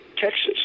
Texas